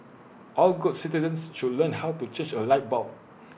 all good citizens should learn how to change A light bulb